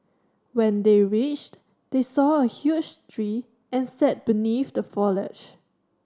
when they reached they saw a huge tree and sat beneath the foliage